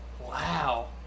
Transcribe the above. wow